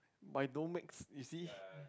but it don't make you see